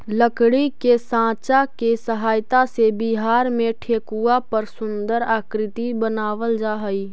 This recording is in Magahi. लकड़ी के साँचा के सहायता से बिहार में ठेकुआ पर सुन्दर आकृति बनावल जा हइ